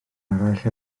eraill